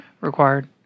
required